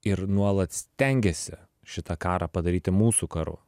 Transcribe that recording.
ir nuolat stengiasi šitą karą padaryti mūsų karu